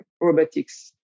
robotics